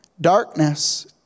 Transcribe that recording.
Darkness